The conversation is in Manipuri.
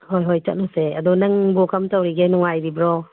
ꯍꯣꯏ ꯍꯣꯏ ꯆꯠꯂꯨꯁꯦ ꯑꯗꯣ ꯅꯪꯕꯨ ꯀꯔꯝ ꯇꯧꯔꯤꯒꯦ ꯅꯨꯡꯉꯥꯏꯔꯤꯕ꯭ꯔꯣ